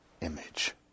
image